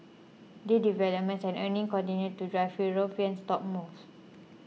deal developments and earnings continued to drive European stock moves